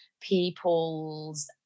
people's